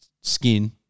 skin